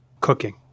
cooking